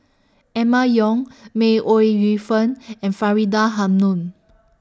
Emma Yong May Ooi Yu Fen and Faridah Hanum